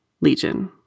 Legion